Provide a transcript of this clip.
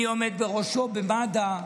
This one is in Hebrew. מי עומד בראשו במד"א,